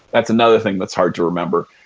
that's another thing that's hard to remember.